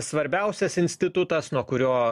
svarbiausias institutas nuo kurio